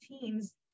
teams